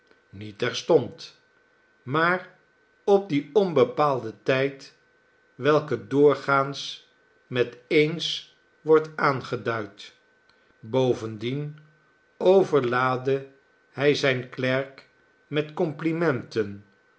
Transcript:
niet terstond maar op dien onbepaalden tijd welke doorgaans met eens wordt aangeduid bovendien overlaadde hij zijn klerk met complimenten